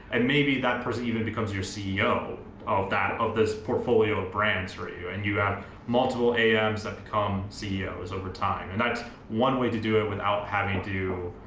and maybe that person even becomes your ceo of that of this portfolio of brands for you, and you have multiple am's that become ceos over time. and that's one way to do it without having to,